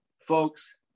folks